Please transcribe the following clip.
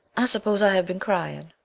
i s'pose i have been crying.